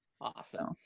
Awesome